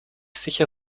sicher